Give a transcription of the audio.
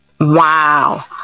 Wow